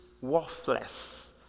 worthless